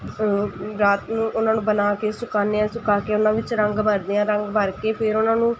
ਰਾਤ ਨੂੰ ਉਹਨਾਂ ਨੂੰ ਬਣਾ ਕੇ ਸੁਕਾਉਂਦੇ ਹਾਂ ਸੁਕਾ ਕੇ ਉਹਨਾਂ ਵਿੱਚ ਰੰਗ ਭਰਦੇ ਹਾਂ ਰੰਗ ਭਰ ਕੇ ਫਿਰ ਉਹਨਾਂ ਨੂੰ